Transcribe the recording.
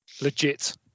Legit